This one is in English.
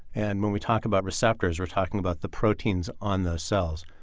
and when we talk about receptors, we're talking about the proteins on those cells.